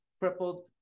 crippled